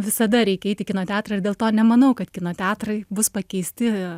visada reikia eit į kino teatrą ir dėl to nemanau kad kino teatrai bus pakeisti